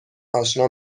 آشنا